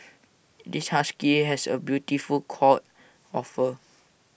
this husky has A beautiful coat of fur